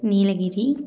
Nilgiri